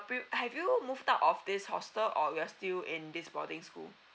pre~ have you move out of this hostel or you are still in this boarding school